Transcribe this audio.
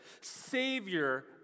Savior